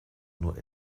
nur